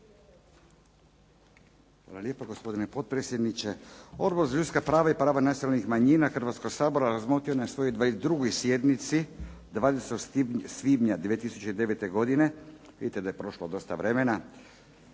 Hvala lijepa, gospodine potpredsjedniče. Odbor za ljudska prava i prava nacionalnih manjina Hrvatskoga sabora razmotrio je na svojoj 22. sjednici 20. svibnja 2009. godine, vidite da je prošlo dosta vremena